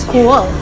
Cool